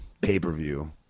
pay-per-view